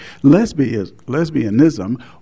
Lesbianism